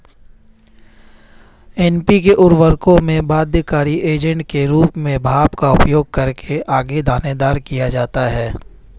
NPK उर्वरकों में बाध्यकारी एजेंट के रूप में भाप का उपयोग करके आगे दानेदार किया जाता है